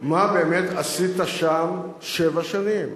מה באמת עשית שם שבע שנים?